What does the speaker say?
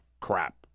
crap